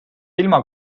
ilma